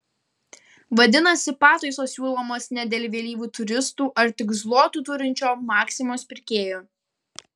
vadinasi pataisos siūlomos ne dėl vėlyvų turistų ar tik zlotų turinčio maksimos pirkėjo